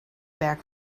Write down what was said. back